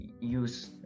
use